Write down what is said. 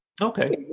okay